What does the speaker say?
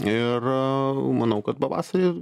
ir manau kad pavasarį